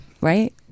right